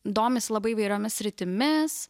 domisi labai įvairiomis sritimis